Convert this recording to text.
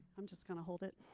i'm just gonna hold it.